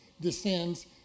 descends